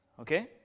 Okay